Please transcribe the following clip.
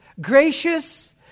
Gracious